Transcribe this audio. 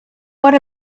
what